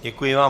Děkuji vám.